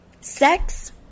sex